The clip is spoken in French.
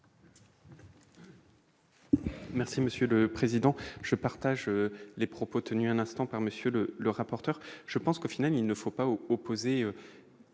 Merci monsieur le président, je partage les propos tenus un instant par monsieur le le rapporteur je pense qu'au final, il ne faut pas opposer